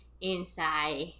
inside